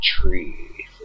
tree